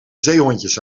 zeehondjes